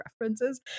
references